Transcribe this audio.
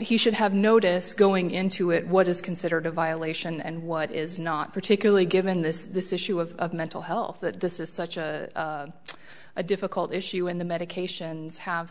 he should have noticed going into it what is considered a violation and what is not particularly given this issue of mental health that this is such a a difficult issue and the medications have